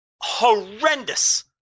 horrendous